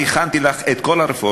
אני הכנתי לך את כל הרפורמה.